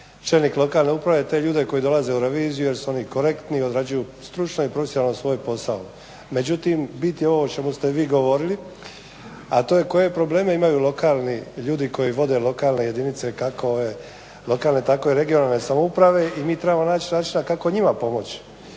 čelnik lokalne uprave te ljude koji dolaze u reviziju jer su oni korektni i odrađuju stručno i profesionalno svoj posao. Međutim, bit je ovo o čemu ste vi govorili, a to je koje probleme imaju lokalni ljudi koji vode lokalne jedinice kako lokalne tako i regionalne samouprave i mi trebamo naći načina kako njima pomoći,